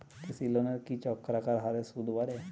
কৃষি লোনের কি চক্রাকার হারে সুদ বাড়ে?